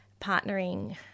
partnering